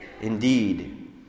indeed